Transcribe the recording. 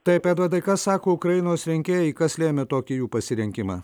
taip edvardai ką sako ukrainos rinkėjai kas lėmė tokį jų pasirinkimą